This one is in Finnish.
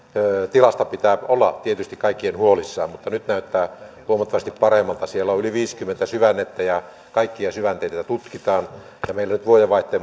tilasta pitää kaikkien tietysti olla huolissaan mutta nyt näyttää huomattavasti paremmalta siellä on yli viisikymmentä syvännettä ja kaikkia syvänteitä tutkitaan meillä nyt vuodenvaihteeseen